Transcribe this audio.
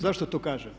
Zašto to kažem?